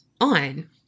on